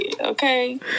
okay